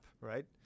right